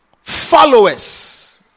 followers